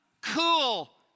cool